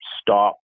stop